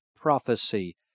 prophecy